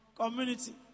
community